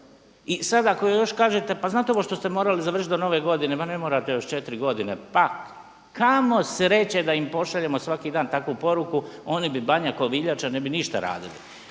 I sada ako još kažete, pa znate ovo što ste morali završiti do nove godine, ma ne morate još 4 godine. Pa kamo sreće da im pošaljemo svaki dan takvu poruku oni bi Banja Koviljača, ne bi ništa radili.